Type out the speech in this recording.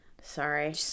Sorry